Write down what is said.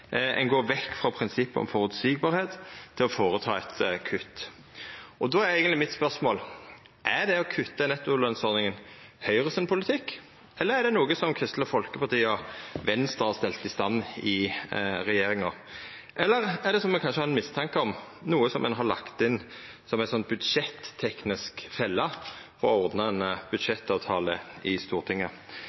ein går vekk frå prinsippet om at ein skal vera føreseieleg, og gjer eit kutt. Spørsmålet mitt er eigentleg: Er det å kutta i nettolønsordninga Høgres politikk, eller er det noko som Kristeleg Folkeparti og Venstre har stelt i stand i regjeringa? Eller er det, som eg kanskje har ein mistanke om, noko ein har lagt inn som ei budsjetteknisk felle for å ordna ein budsjettavtale i Stortinget?